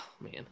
Man